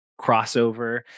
crossover